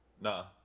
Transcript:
Nah